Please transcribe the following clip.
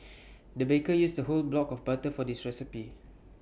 the baker used A whole block of butter for this recipe